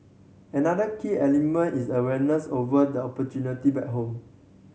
another key element is awareness over the opportunity back home